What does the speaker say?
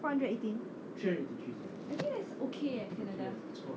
four hundred and eighteen I think that's okay leh canada